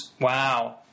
Wow